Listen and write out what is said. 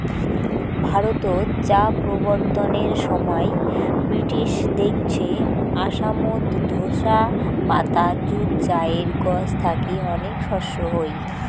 ভারতত চা প্রবর্তনের সমাই ব্রিটিশ দেইখছে আসামত ঢোসা পাতা যুত চায়ের গছ থাকি অনেক শস্য হই